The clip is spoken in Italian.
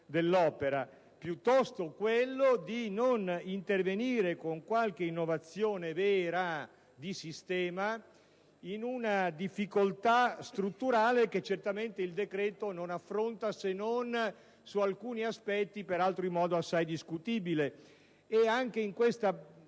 dell'opera: piuttosto, quello di non intervenire con qualche innovazione vera, di sistema, in una difficoltà strutturale che certamente il decreto non affronta se non su alcuni aspetti, peraltro in modo assai discutibile. Anche in questa